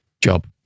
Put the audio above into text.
job